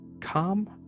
calm